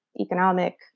economic